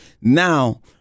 Now